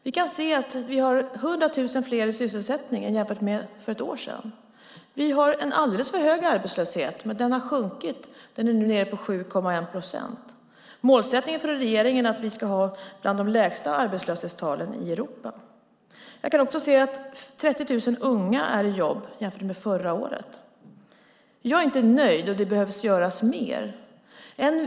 Vi kan se att vi har 100 000 fler i sysselsättning jämfört med för ett år sedan. Vi har en alldeles för hög arbetslöshet, men den har sjunkit och är nu nere på 7,1 procent. Målsättningen för regeringen är att vi ska ha bland de lägsta arbetslöshetstalen i Europa. Jag kan också se att 30 000 unga är i jobb jämfört med förra året. Jag är inte nöjd, och det behöver göras mer.